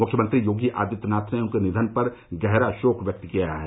मुख्यमंत्री योगी आदित्यनाथ ने उनके निधन पर गहरा शोक व्यक्त किया है